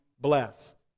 blessed